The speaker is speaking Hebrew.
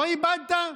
לא איבדת?